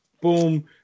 Boom